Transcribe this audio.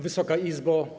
Wysoka Izbo!